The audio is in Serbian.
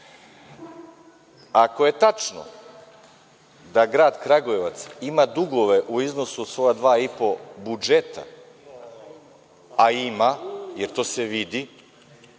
Ako je tačno da Grad Kragujevac ima dugove u iznosu od svoja dva i po budžeta, a ima, jer to se vidi,